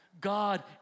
God